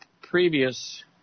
previous